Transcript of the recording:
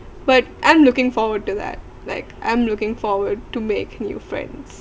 but I'm looking forward to that like I'm looking forward to make new friends